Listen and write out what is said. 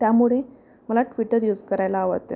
त्यामुळे मला Twitter use करायला आवडतं